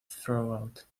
throughout